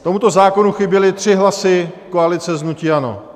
Tomuto zákonu chyběly tři hlasy koalice z hnutí ANO.